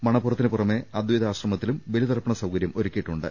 മണപ്പുറത്തിന് പുറമെ അദ്വൈതാ ശ്രമത്തിലും ബലിതർപ്പണ സൌകര്യം ഒരുക്കിയിട്ടുണ്ട്